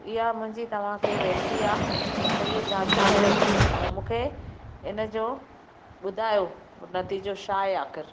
इहा मुंहिंजी तव्हां खे वेनती आहे त इहो जाच कयो ऐं मूंखे हिन जो ॿुधायो नतीजो छा आहे आख़िरि